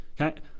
Okay